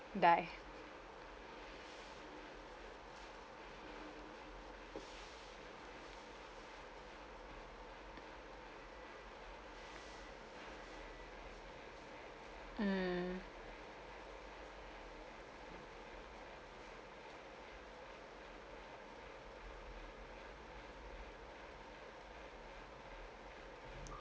die mm